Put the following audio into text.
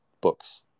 books